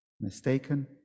mistaken